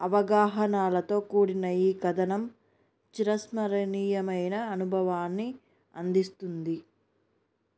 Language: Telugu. అవగాహనలతో కూడిన ఈ కథనం చిరస్మరణీయమైన అనుభవాన్ని అందిస్తుంది